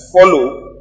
follow